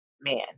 man